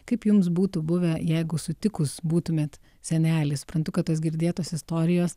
kaip jums būtų buvę jeigu sutikus būtumėt senelį suprantu kad tos girdėtos istorijos